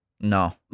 No